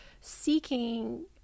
seeking